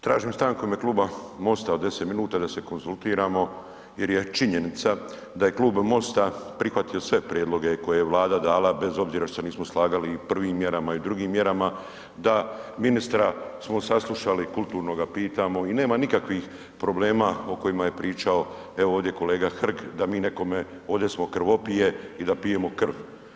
Tražim stanku u ime kluba MOST-a od 10 minuta da se konzultiramo jer je činjenica da je klub MOST-a prihvatio sve prijedloge koje je Vlada dala, bez obzira što se nismo slagali i prvim mjerama i u drugim mjerama, da smo ministra saslušali kulturno ga pitamo i nema nikakvih problema o kojima je pričao evo ovdje kolega Hrg da mi nekome ovdje smo krvopije i da pijemo krv.